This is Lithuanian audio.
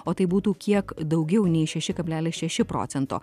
o tai būtų kiek daugiau nei šeši kablelis šeši procento